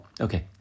okay